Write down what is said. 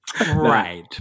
Right